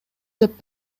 деп